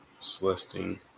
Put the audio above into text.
Celestine